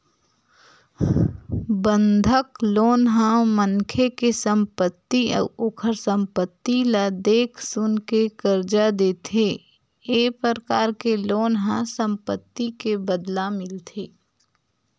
बंधक लोन ह मनखे के संपत्ति अउ ओखर संपत्ति ल देख सुनके करजा देथे ए परकार के लोन ह संपत्ति के बदला मिलथे